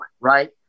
right